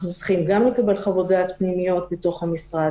צריכים גם לקבל חוות-דעת פנימיות בתוך המשרד,